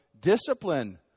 discipline